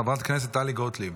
חברת הכנסת טלי גוטליב.